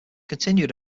continued